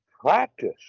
practice